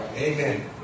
Amen